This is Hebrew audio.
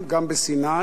גם בסיני,